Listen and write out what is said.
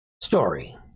story